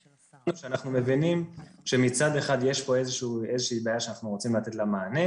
אנחנו מבינים שמצד אחד יש פה איזה שהיא בעיה שאנחנו רוצים לתת לה מענה.